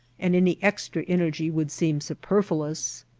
and any extra energy would seem superfluous.